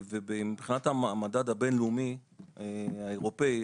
ומבחינת המדד הבין לאומי האירופאי,